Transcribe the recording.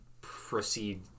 proceed